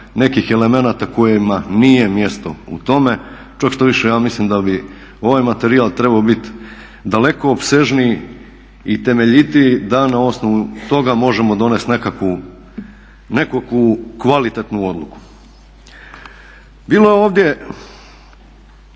nekih elemenata kojima nije mjesto u tome, čak štoviše ja mislim da bi ovaj materijal trebao biti daleko opsežniji i temeljitiji da na osnovu toga možemo donesti nekakvu kvalitetnu odluku. Bilo je ovdje,